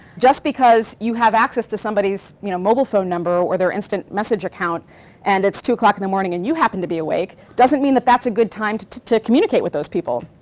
just because you have access to somebody's you know mobile phone number or their instant message account and it's two o'clock in the morning and you happen to be awake, doesn't mean that that's a good time to to communicate with those people.